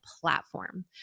platform